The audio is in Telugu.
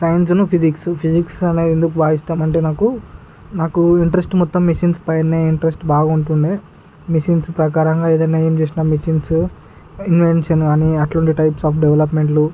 సైన్స్ను ఫిజిక్స్ ఫిజిక్స్ అనేది ఎందుకు బాగా ఇష్టం అంటే నాకు నాకు ఇంట్రెస్ట్ మొత్తం మెషన్స్ పైనే ఇంట్రస్ట్ బాగా ఉంటు ఉండే మెషన్స్ ప్రకారంగా ఏదన్న ఏమి చేసిన మెషన్స్ ఇన్వెన్షన్ కానీ అట్ల ఉండే టైప్స్ ఆఫ్ డెవలప్మెంట్లు